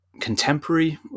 contemporary